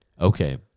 Okay